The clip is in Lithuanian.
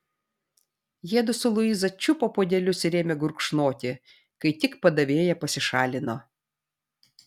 jiedu su luiza čiupo puodelius ir ėmė gurkšnoti kai tik padavėja pasišalino